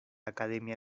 academia